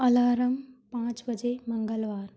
alarm पाँच बजे मंगलवार